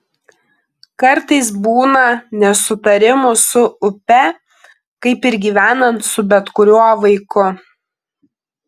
kartais būna nesutarimų su upe kaip ir gyvenant su bet kuriuo vaiku